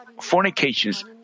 fornications